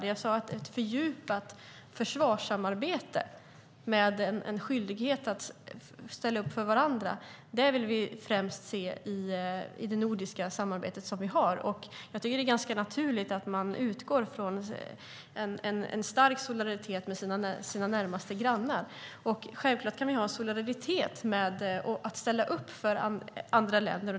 Det jag sade var att ett fördjupat försvarssamarbete med en skyldighet att ställa upp för varandra, det vill vi främst se i det nordiska samarbete som vi har. Jag tycker att det är ganska naturligt att man utgår från en stark solidaritet med sina närmaste grannar. Självklart kan vi ha solidaritet och ställa upp för andra länder.